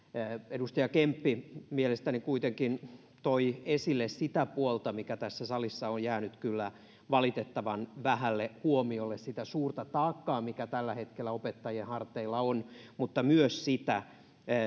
edustaja kemppi mielestäni kuitenkin toi esille sitä puolta mikä tässä salissa on jäänyt kyllä valitettavan vähälle huomiolle sitä suurta taakkaa mikä tällä hetkellä opettajien harteilla on mutta myös sitä